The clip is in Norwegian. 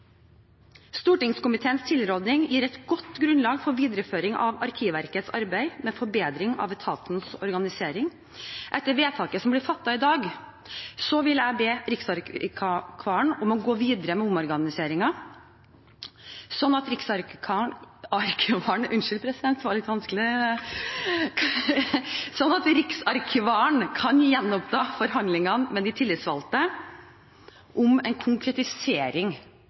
Stortingskomiteens tilrådning gir et godt grunnlag for videreføring av Arkivverkets arbeid med forbedring av etatens organisering. Etter vedtaket som blir fattet i dag, vil jeg be riksarkivaren om å gå videre med omorganiseringen, slik at riksarkivaren kan gjenoppta forhandlingene med de tillitsvalgte om en konkretisering av modellen. Forutsetningen er at